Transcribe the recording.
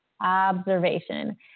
observation